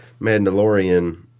Mandalorian